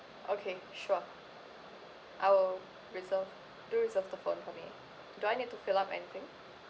okay sure I'll reserve do reserve the phone for me do I need to fill up anything